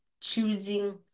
choosing